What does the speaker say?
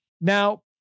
Now